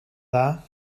dda